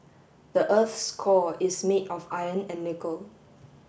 the earth's core is made of iron and nickel